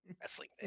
Wrestling